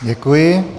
Děkuji.